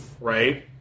right